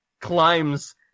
climbs